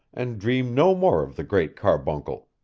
and dream no more of the great carbuncle